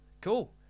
cool